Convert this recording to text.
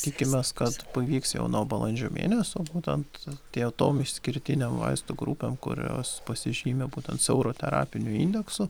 tikimės kad pavyks jau nuo balandžio mėnesio būtent tie tom išskirtinio vaistų grupėm kurios pasižymi būtent siauro terapiniu indeksu